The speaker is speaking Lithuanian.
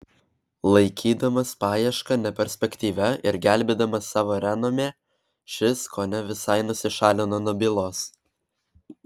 laikydamas paiešką neperspektyvia ir gelbėdamas savo renomė šis kone visai nusišalino nuo bylos